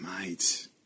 Mate